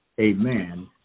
amen